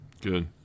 good